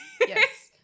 yes